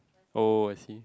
oh I see